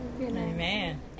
Amen